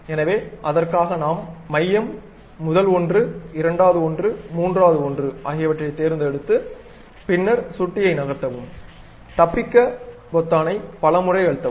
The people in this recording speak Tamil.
எனவே அதற்காக நாம் மையம் முதல் ஒன்று இரண்டாவது ஒன்று மூன்றாவது ஒன்று ஆகியவற்றை தேர்ந்தெடுத்து பின்னர் சுட்டியை நகர்த்தவும் தப்பிக்க பொத்தானைபல முறை அழுத்தவும்